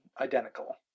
identical